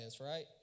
right